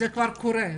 זה כבר קורה.